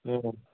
हम्म हम्म